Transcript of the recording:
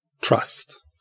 Trust